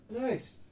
Nice